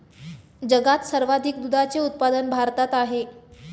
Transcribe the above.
जगात सर्वाधिक दुधाचे उत्पादन भारतात आहे